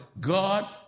God